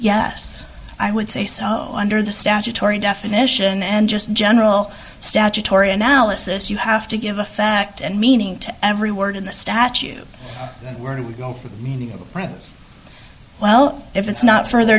yes i would say so under the statutory definition and just general statutory analysis you have to give a fact and meaning to every word in the statue word union well if it's not further